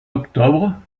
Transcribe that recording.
octobre